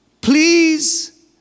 please